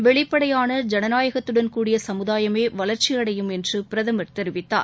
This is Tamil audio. வெளிப்படையான ஜனநாயகத்துடன் கூடிய சமுதாயமே வளர்ச்சி அடையும் என்று பிரதமர் தெரிவித்தார்